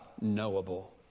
knowable